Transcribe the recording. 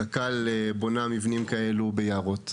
קק"ל בונה מבנים כאלו ביערות?